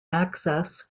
access